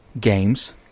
games